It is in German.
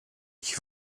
ich